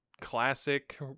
classic